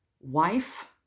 wife